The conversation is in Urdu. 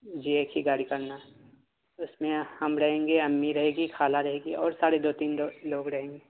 جی ایک ہی گاڑی کرنا ہے اس میں ہم رہیں گے امی رہے گی خالہ رہے گی اور سارے دو تین لوگ لوگ رہیں گے